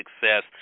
success